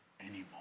anymore